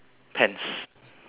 no